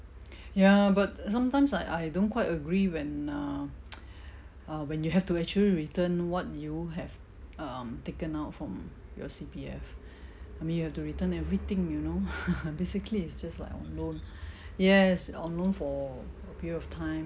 ya but sometimes I I don't quite agree when uh uh when you have to actually return what you have um taken out from your C_P_F I mean you have to return everything you know basically it's just like on loan yes on loan for a period of time